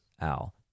Al